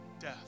death